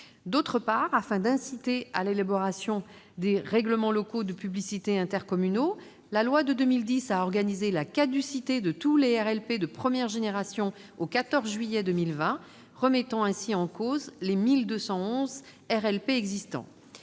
D'autre part, afin d'inciter à l'élaboration des règlements locaux de publicité intercommunaux, la loi de 2010 a organisé la caducité de tous les RLP de première génération au 14 juillet 2020, remettant en cause les 1 211 RLP existants.